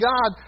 God